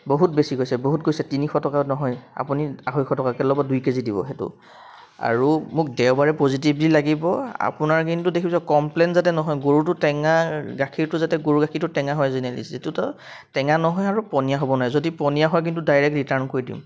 বহুত বেছি কৈছে বহুত কৈছে তিনিশ টকাত নহয় আপুনি আঢ়ৈশ টকাকৈ লগত দুই কে জি দিব সেইটো আৰু মোক দেওবাৰে পজিটিভলি লাগিব আপোনাৰ কিন্তু দেখিছোঁ কমপ্লেইন যাতে নহয় গৰুটো টেঙা গাখীৰটো যাতে গৰু গাখীৰটো টেঙা হয় জেনেৰেলী যিটোত টেঙা নহয় আৰু পনীয়া হ'ব নোৱাৰে যদি পনীয়া হয় কিন্তু ডাইৰেক্ট ৰিটাৰ্ণ কৰি দিম